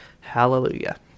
Hallelujah